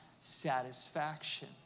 satisfaction